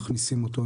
שמכניסים אותו.